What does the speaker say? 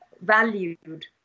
valued